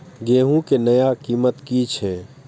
गेहूं के नया कीमत की छे?